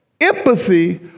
empathy